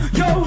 yo